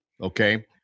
Okay